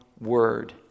word